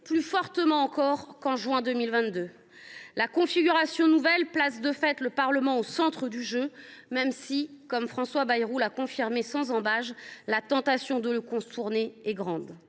plus fortement encore qu’en juin 2022. La configuration nouvelle place, de fait, le Parlement au centre du jeu, même si, comme François Bayrou l’a confirmé sans ambages, la tentation de le contourner est grande.